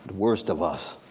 worst of us,